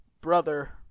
brother